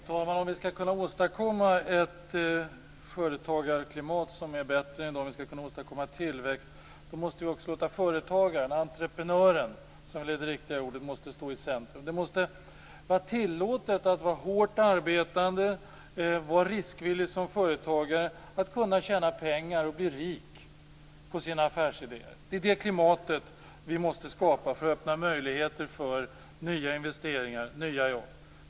Fru talman! Om vi skall kunna åstadkomma ett företagarklimat som är bättre än i dag och om vi skall kunna åstadkomma tillväxt måste vi också låta företagaren - entreprenören, som väl är det riktiga ordet - stå i centrum. Det måste vara tillåtet att vara hårt arbetande och riskvillig som företagare och att kunna tjäna pengar och bli rik på sina affärsidéer. Det är det klimatet vi måste skapa för att öppna möjligheter för nya investeringar och nya jobb.